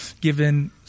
given